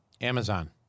Amazon